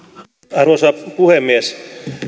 arvoisa puhemies